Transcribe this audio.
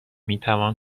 میتوان